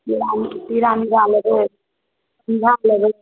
तिवरा मिरा लेबै लेबै